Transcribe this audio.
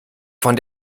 von